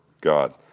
God